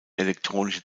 elektronische